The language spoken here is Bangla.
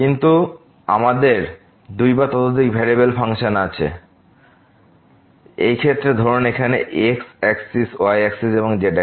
কিন্তু এখন আমাদের দুই বা ততোধিক ভেরিয়েবলের ফাংশন আছে এই ক্ষেত্রে ধরুন এখানে x axis y axis এবং z axis